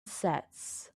sets